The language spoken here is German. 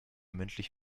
mündlich